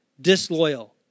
disloyal